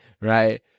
right